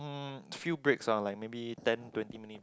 mm few breaks ah like maybe ten twenty minutes